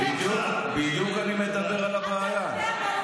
חברת הכנסת פרקש הכהן, קריאה שנייה.